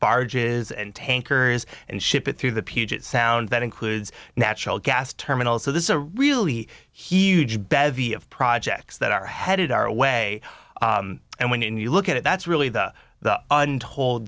barges and tankers and ship it through the puget sound that includes natural gas terminals so this is a really huge bevy of projects that are headed our way and when you look at it that's really the the